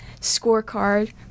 scorecard